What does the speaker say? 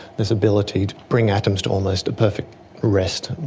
this ability to bring atoms to almost a perfect rest,